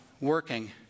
working